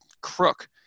crook